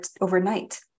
overnight